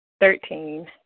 Thirteen